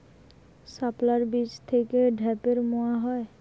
শাপলার বীজ থেকে ঢ্যাপের মোয়া হয়?